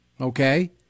Okay